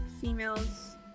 females